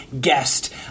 guest